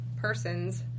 persons